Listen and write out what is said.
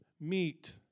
meet